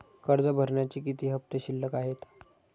कर्ज भरण्याचे किती हफ्ते शिल्लक आहेत?